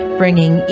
bringing